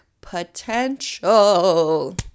potential